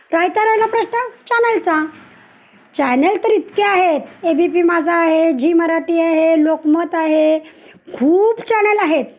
राहता राहिला प्रश्न चॅनलचा चॅनल तर इतके आहेत ए बी पी माझा आहे झी मराठी आहे लोकमत आहे खूप चॅनल आहेत